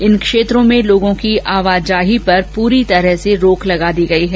इन क्षेत्रों में लोगों की आवाजाही पर पूरी तरह से रोक लगा दी गई है